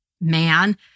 man